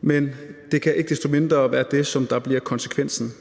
men det kan ikke desto mindre være det, som bliver konsekvensen.